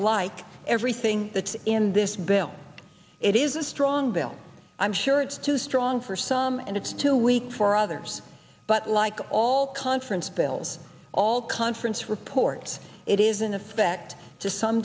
like everything that's in this bill it is a strong bill i'm sure it's too strong for some and it's too weak for others but like all conference bills all conference report it is in effect to some